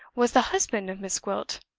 was the husband of miss gwilt!